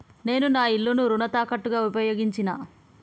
నేను నా ఇల్లును రుణ తాకట్టుగా ఉపయోగించినా